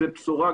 האסדה יושבת בשטח